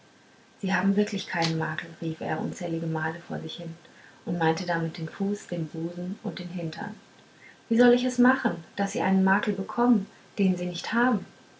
sie haben wirklich keinen makel rief er unzählige male vor sich hin und meinte damit den fuß den busen und den hintern wie soll ich es machen daß sie einen makel bekommen den sie nicht haben